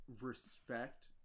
respect